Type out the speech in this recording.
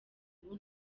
ubu